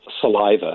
saliva